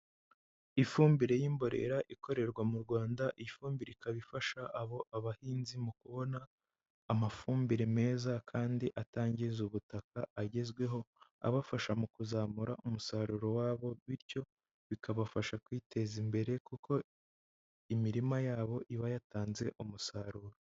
Ifumbire y'imborera ikorerwa mu Rwanda, iyi fumbire ikaba ifasha abahinzi mu kubona amafumbire meza, kandi atangiza ubutaka agezweho, abafasha mu kuzamura umusaruro wabo, bityo bikabafasha kwiteza imbere, kuko imirima yabo iba yatanze umusaruro.